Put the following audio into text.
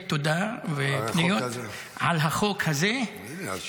תודה על החוק הזה --- החוק הזה הוא על שמך.